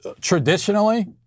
traditionally